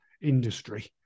industry